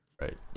Right